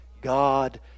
God